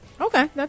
Okay